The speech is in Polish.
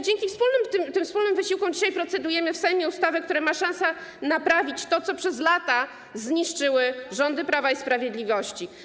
Dzięki tym wspólnym wysiłkom dzisiaj procedujemy w Sejmie ustawę, która ma szansę naprawić to, co przez lata zniszczyły rządy Prawa i Sprawiedliwości.